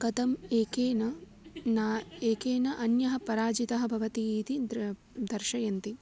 कथम् एकेन न एकेन अन्यः पराजितः भवति इति द्र दर्शयन्ति